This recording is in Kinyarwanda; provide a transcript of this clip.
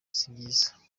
sibyiza